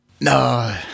No